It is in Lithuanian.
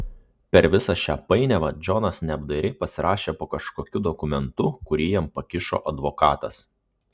per visą šią painiavą džonas neapdairiai pasirašė po kažkokiu dokumentu kurį jam pakišo advokatas